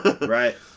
Right